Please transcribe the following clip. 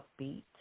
upbeat